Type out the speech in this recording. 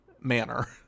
manner